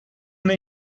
una